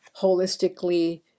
holistically